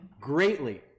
greatly